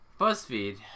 BuzzFeed